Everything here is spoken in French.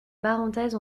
parenthèse